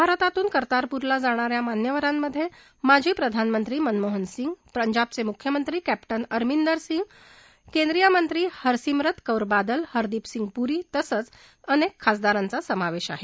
भारतातून कर्तासपूरला जाणा या मान्यवरांमधे माजी प्रधानमंत्री मनमोहन सिंगपंजाबचे मुख्यमंत्री कॅप्टन अमरिंदर सिंग केंद्रीय मंत्री हरसिमरत कौर बादल हरदीपसिंग पुरी तसंच अनेक खासदारांचा समावेश आहे